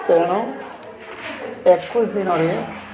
ତେଣୁ ଏକୋଇଶି ଦିନରେ